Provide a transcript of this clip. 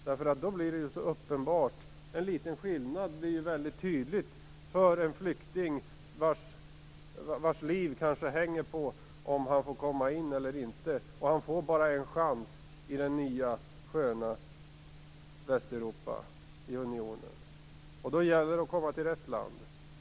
Det är så uppenbart att en liten skillnad blir mycket tydlig för en flykting vars liv kanske hänger på om han får komma in eller inte, och han får bara en chans i det nya sköna Västeuropa, i unionen. Då gäller det att komma till rätt land.